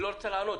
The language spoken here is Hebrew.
היא לא רוצה לענות.